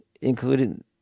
including